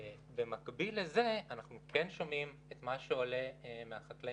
במקביל לזה אנחנו כן שומעים את מה שעולה מהחקלאים.